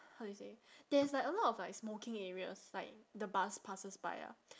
how do you say there's like a lot of like smoking areas like the bus passes by ah